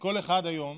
שכל אחד היום